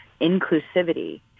inclusivity